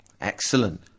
Excellent